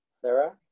Sarah